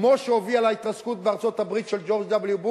כמו שהובילה להתרסקות בארצות-הברית של ג'ורג וו.